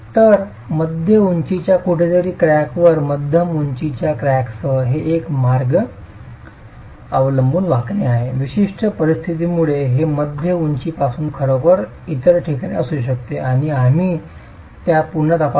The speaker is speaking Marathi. तर मध्य उंचीच्या कुठेतरी क्रॅकवर मध्यम उंचीच्या क्रॅकसह हे एक मार्ग अनुलंब वाकणे आहे विशिष्ट परिस्थितीमुळे हे मध्य उंचीपासून खरोखरच इतर ठिकाणी असू शकते आणि आम्ही त्या पुन्हा तपासू